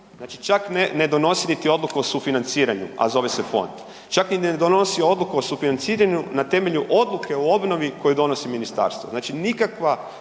ne, ne donosi niti odluku o sufinanciranju, a zove se fond. Čak ni ne donosi odluku o sufinanciranju na temelju odluke o obnovi koju donosi ministarstvo.